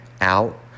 out